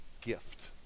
gift